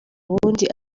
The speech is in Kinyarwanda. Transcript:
ubundi